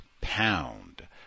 pound